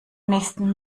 nächsten